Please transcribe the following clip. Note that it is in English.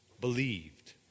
believed